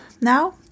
now